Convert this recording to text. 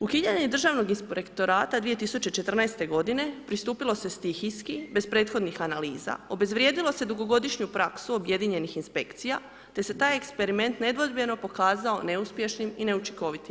Ukidanje državnog inspektorata 2014. godine pristupilo se stihijski, bez prethodnih analiza, obezvrijedilo se dugogodišnju praksu objedinjenih inspekcija te se taj eksperiment nedvojbeno pokazao neuspješnim i neučinkovitim.